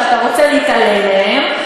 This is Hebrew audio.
שאתה רוצה להתעלם מהן.